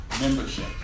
membership